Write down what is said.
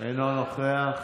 אינו נוכח,